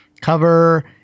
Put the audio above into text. cover